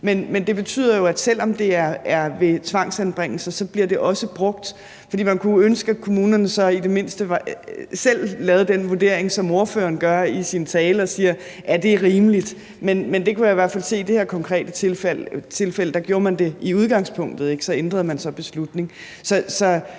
at selv om det er en tvangsanbringelse, bliver det også brugt. Man kunne jo ønske, at kommunerne så i det mindste selv lavede den vurdering, som ordføreren gør i sin tale, og vurderede, om det var rimeligt. Men det kunne jeg i hvert fald se i det her konkrete tilfælde at man i udgangspunktet ikke gjorde, men så ændrede man så beslutningen.